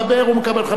הוא מקבל חמש דקות.